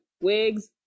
wigs